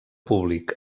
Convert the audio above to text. públic